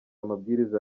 amabwiriza